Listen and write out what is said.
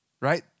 right